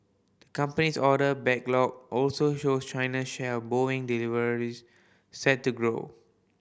company's order backlog also shows China's share of Boeing deliveries set to grow